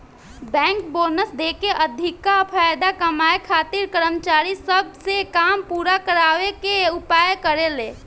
bank bonus देके अधिका फायदा कमाए खातिर कर्मचारी सब से काम पूरा करावे के उपाय करेले